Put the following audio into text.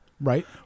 right